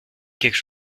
quelque